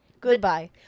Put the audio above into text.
Goodbye